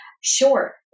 Sure